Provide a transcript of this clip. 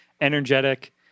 energetic